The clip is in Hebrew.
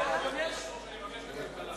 אני מבקש לוועדת הכלכלה.